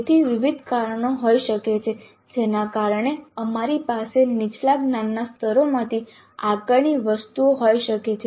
તેથી વિવિધ કારણો હોઈ શકે છે જેના કારણે અમારી પાસે નીચલા જ્ઞાનના સ્તરોમાંથી આકારણી વસ્તુઓ હોઈ શકે છે